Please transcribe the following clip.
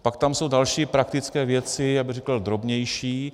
Pak tam jsou další praktické věci, řekl bych drobnější.